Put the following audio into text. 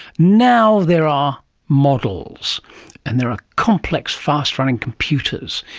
now there are models and there are complex fast-running computers.